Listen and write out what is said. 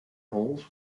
holes